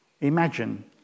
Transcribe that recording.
Imagine